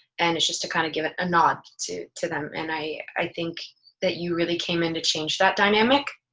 and it's just to kind of give a ah nod to to them. and i i think that you really came in to change that dynamic.